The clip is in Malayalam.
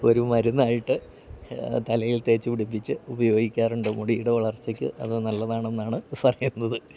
ഒരു മരുന്നായിട്ട് തലയിൽ തേച്ചുപിടിപ്പിച്ച് ഉപയോഗിക്കാറുണ്ട് മുടിയുടെ വളർച്ചയ്ക്ക് അതു നല്ലതാണെന്നാണ് പറയുന്നത്